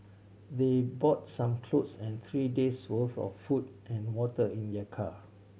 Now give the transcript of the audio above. they brought some clothes and three days worth of food and water in their car